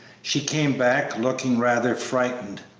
she came back looking rather frightened.